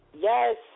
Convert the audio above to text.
Yes